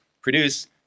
produce